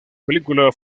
película